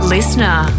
Listener